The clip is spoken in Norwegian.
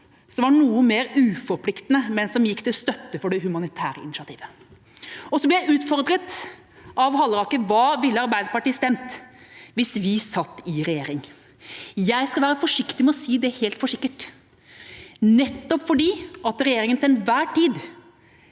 som var noe mer uforpliktende, men som gikk til støtte for det humanitære initiativet. Jeg ble utfordret av Halleraker. Hva ville Arbeiderpartiet stemt hvis vi satt i regjering? Jeg skal være forsiktig med å si det helt sikkert, nettopp fordi regjeringen til enhver tid